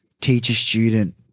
teacher-student